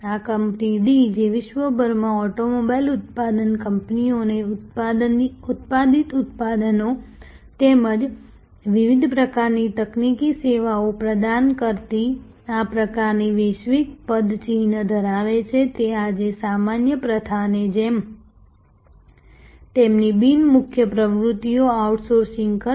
આ company D J વિશ્વભરની automobile ઉત્પાદક કંપનીઓને ઉત્પાદિત ઉત્પાદનો તેમજ વિવિધ પ્રકારની તકનીકી સેવાઓ પ્રદાન કરતી આ પ્રકારની વૈશ્વિક પદચિહ્ન ધરાવે છે તે આજે સામાન્ય પ્રથાની જેમ તેમની બિન મુખ્ય પ્રવૃત્તિઓનું આઉટસોર્સિંગ કરશે